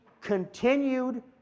continued